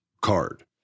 card